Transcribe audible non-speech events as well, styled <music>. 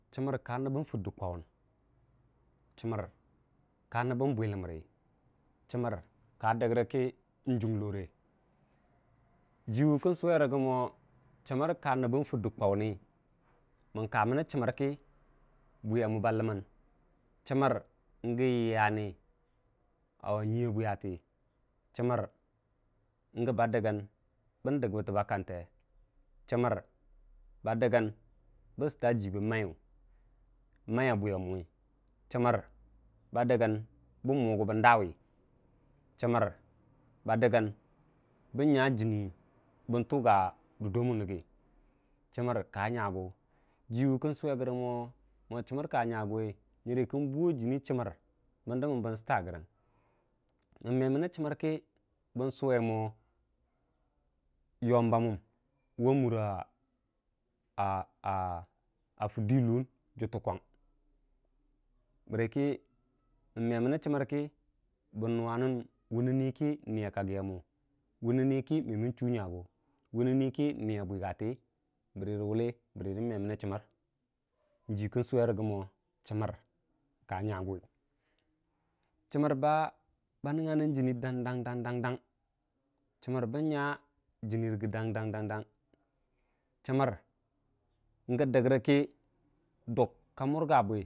Chəmər ka nəbən fəddə kwawum chəmər ka nəbən bwələmrə chəmər ka dəggə kə n'junglore, jiwun swerəgə mo chəmər ka nəbən fəddə kwawun mənə chəmər kə buuya mu ba ləmən chəmər gə yəyya ni a nyiya bwiyate, chəmər gədda dəgən bən dəg bətəba kante ba dəgən bən stwa ji bən ma iya bwiyammu chəmər bən mu gubən da wu chəmər ba dəgən bən nya jiwum bən tuga durda mun rəgə chəmər ka nyagu jiwu kən swerəgə mo, mo chəmər ka nyagu nyərə kən buuwo jənni chəmər bən dəmən stwarəgə mən memərə chəmər kə bən swe mo yomba mum wa a <hesitation> fəddə yullum juttə kwang mən memərə chəmər kə bə nuwanən wunənikə n'niya kagə a mu wunəkə memən chuu nyagu wunnə kə n'nəya buugatəya mu bərəkə mən memənə chəmər, jm kən swerəgə mo chəmər ka nyaguw chəmər ba nəngagər jənni dang dang chəmər bən nya jənni bən nya jənni rəgə dang dang chəmər gə dəgə kə duk ka murgabwi.